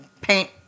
paint